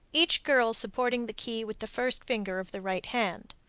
each girl supporting the key with the first finger of the right hand.